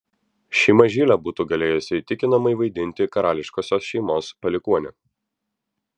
ši mažylė būtų galėjusi įtikinamai vaidinti karališkosios šeimos palikuonę